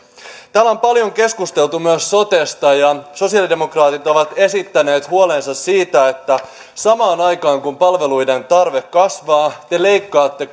täällä on paljon keskusteltu myös sotesta ja sosialidemokraatit ovat esittäneet huolensa siitä että samaan aikaan kun palveluiden tarve kasvaa te leikkaatte